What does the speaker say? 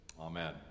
Amen